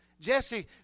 Jesse